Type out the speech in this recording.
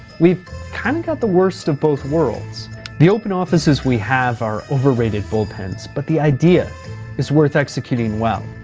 we've kind of got the worst of both worlds. the open offices we have are overrated bullpens, but the idea is worth executing well.